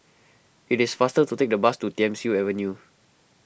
it is faster to take the bus to Thiam Siew Avenue